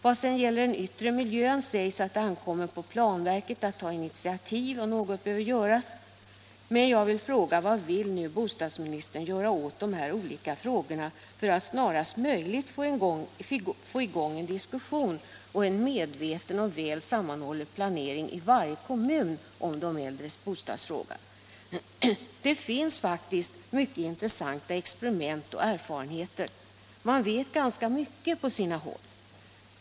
Vad sedan gäller den yttre miljön sägs att det ankommer på planverket att ta initiativ och att något behöver göras. Men jag vill fråga: Vad vill nu bostadsministern göra åt de här olika frågorna för att snarast möjligt få i gång en diskussion och en medveten och väl sammanhållen planering i varje kommun rörande de äldres bostäder? Det har faktiskt gjorts mycket intressanta experiment, och många erfarenheter har vunnits. Man vet ganska mycket på sina håll.